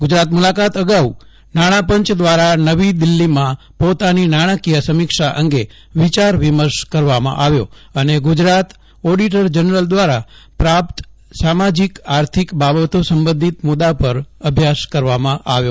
ગુજરાત મુલાકાત અગાઉ નાણા પંચ દ્વારા નવી દિલ્હીમાં પોતાની નાણાકીય સમીક્ષા અંગે વિચાર વિમર્શ કરવામાં આવ્યો અને ગુજરાતના ઓડિટર જનરલ દ્વારા પ્રાપ્ત સામાજિક આર્થિક બાબતો સંબંધિત મુદ્દા પર અભ્યાસ કરવામાં આવ્યો